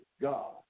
God